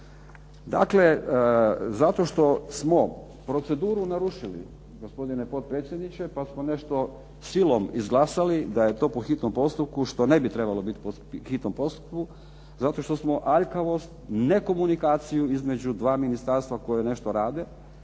Dakle, zato što smo proceduru narušili gospodine potpredsjedniče pa smo nešto silom izglasali da je to po hitnom postupku što ne bi trebalo biti po hitnom postupku zato što smo aljkavost, nekomunikaciju između dva ministarstva koja nešto rade